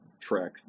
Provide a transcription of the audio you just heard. track